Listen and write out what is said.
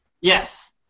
Yes